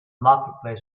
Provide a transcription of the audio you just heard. marketplace